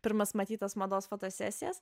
pirmas matytas mados fotosesijas